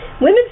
Women